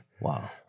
Wow